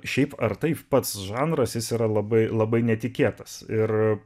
šiaip ar taip pats žanras jis yra labai labai netikėtas ir